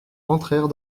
entrèrent